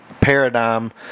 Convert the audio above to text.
paradigm